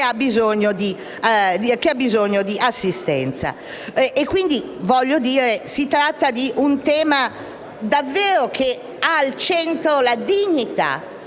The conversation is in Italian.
ha bisogno di assistenza. Si tratta di un tema che ha davvero al centro la dignità